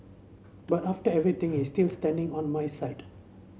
but after everything he is still standing on my side